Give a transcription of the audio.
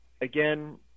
again